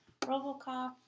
Robocop